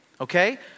okay